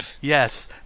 Yes